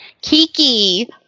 Kiki